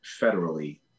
federally